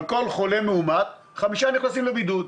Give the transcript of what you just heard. על כל חולה מאומת, 5 נכנסים לבידוד.